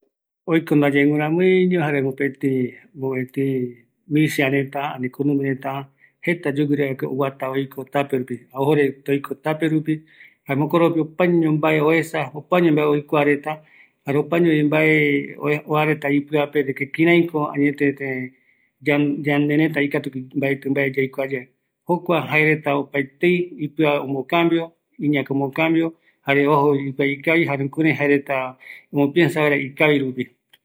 Mopëtï ara ndye kunumireta oguata yoguireko tape rupi, oesa, omae oipotaguere reta, erei kua oesaramboeve reta, ombo cambio reta iyembongueta, kua oïme vaera ipɨape guinoï jaeko opaete oikoramboeve jaereta, guinoi mboromboete kaa re